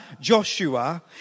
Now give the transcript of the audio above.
Joshua